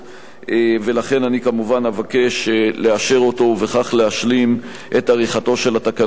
ולכן אני כמובן אבקש לאשר אותו ובכך להשלים את עריכתו של התקנון החדש.